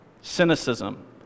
cynicism